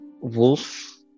wolf